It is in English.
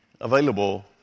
available